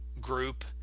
group